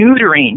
neutering